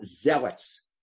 zealots